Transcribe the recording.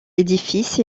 édifice